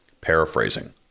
paraphrasing